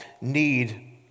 need